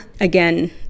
Again